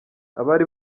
abari